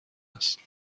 است